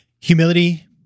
Humility